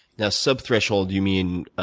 now subthreshold you mean